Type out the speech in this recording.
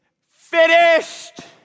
finished